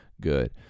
good